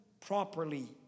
properly